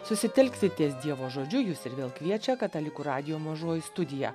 susitelkti ties dievo žodžiu jus ir vėl kviečia katalikų radijo mažoji studija